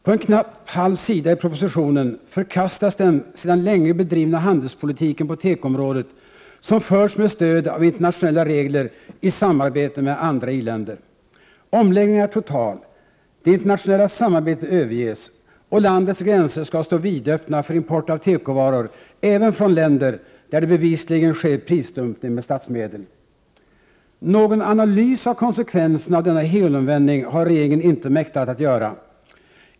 På knappt en halv sida i propositionen förkastas den sedan länge bedrivna handelspolitiken på tekoområdet, som förts med stöd av internationella regler i samarbete med andra i-länder. Omläggningen är total, det internationella samarbetet överges och landets gränser skall stå vidöppna för import av tekovaror även från länder där det bevisligen sker prisdumpning med statsmedel. Någon analys av konsekvenserna av denna helomvändning har regeringen inte mäktat med att göra.